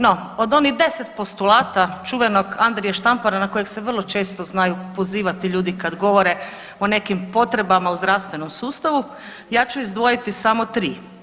No od onih 10 postulata čuvenog Andrije Štampara na kojeg se vrlo često znaju pozivati ljudi kad govore o nekim potrebama u zdravstvenom sustavu ja ću izdvojiti samo tri.